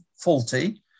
faulty